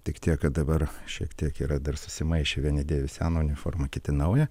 tik tiek kad dabar šiek tiek yra dar susimaišę vieni dėvi seną uniformą kiti naują